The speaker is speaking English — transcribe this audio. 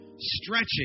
stretching